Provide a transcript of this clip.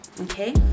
Okay